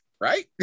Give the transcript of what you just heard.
right